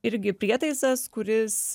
irgi prietaisas kuris